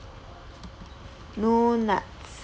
no nuts